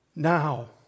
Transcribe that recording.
Now